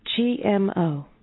GMO